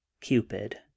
cupid